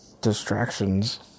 distractions